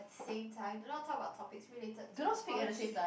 same time do not talk about topics related to politics